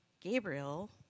Gabriel